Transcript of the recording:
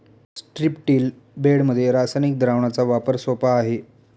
स्ट्रिप्टील बेडमध्ये रासायनिक द्रावणाचा वापर सोपा आहे